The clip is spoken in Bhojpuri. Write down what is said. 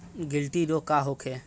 गिलटी रोग का होखे?